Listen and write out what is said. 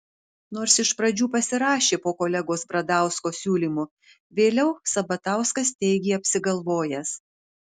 nors iš pradžių pasirašė po kolegos bradausko siūlymu vėliau sabatauskas teigė apsigalvojęs